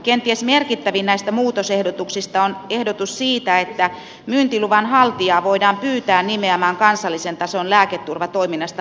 kenties merkittävin näistä muutosehdotuksista on ehdotus siitä että myyntiluvan haltijaa voidaan pyytää nimeämään kansallisen tason lääketurvatoiminnasta vastaava henkilö